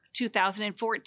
2014